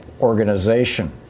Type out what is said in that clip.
organization